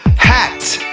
hat